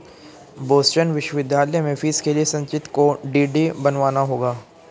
Boston विश्वविद्यालय में fees के लिए संचित को डी.डी बनवाना होगा